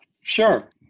Sure